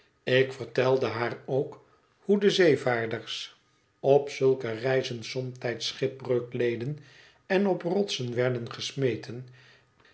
ik vertelde haar ook hoe de zeevaarders op zulke reizen somtijds schipbreuk leden en op rotsen werden gesmeten